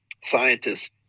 scientists